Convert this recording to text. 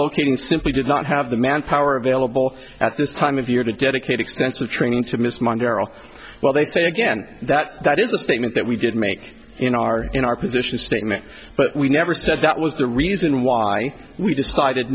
locating simply did not have the manpower available at this time of year to dedicate extensive training to miss montero well they say again that that is a statement that we did make in our in our position statement but we never said that was the reason why we decided